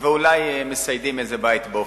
ואולי מסיידים איזה בית באופקים.